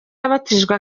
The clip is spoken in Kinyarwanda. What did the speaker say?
yabatijwe